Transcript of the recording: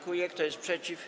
Kto jest przeciw?